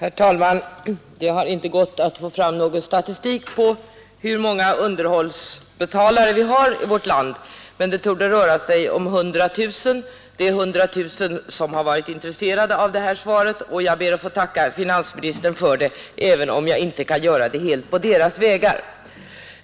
Herr talman! Det har inte gått att få fram någon statistik på hur många underhållsbetalare vi har i vårt land, men det torde röra sig om minst 100 000. Det är alltså 100 000 människor som har varit intresserade av det här svaret, och jag ber att få tacka finansministern för det, även om jag inte kan göra det helt på deras vägnar.